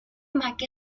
make